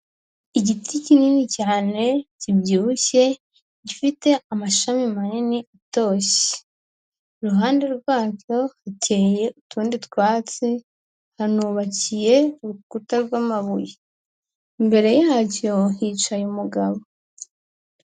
Igiti kinini cyane kibyibushye gifite amashami manini atoshye. Iruhande rwaryo hateye utundi twatsi hanubakiye urukuta rw'amabuye. Imbere yacyo hicaye umugabo.